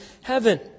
heaven